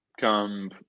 come